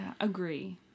agree